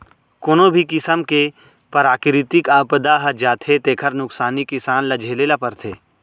कोनो भी किसम के पराकिरितिक आपदा आ जाथे तेखर नुकसानी किसान ल झेले ल परथे